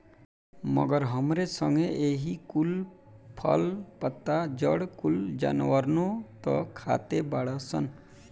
मगर हमरे संगे एही कुल फल, पत्ता, जड़ कुल जानवरनो त खाते बाड़ सन